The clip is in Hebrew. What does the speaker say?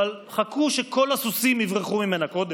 אבל חכו שכל הסוסים יברחו ממנה קודם.